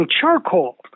charcoal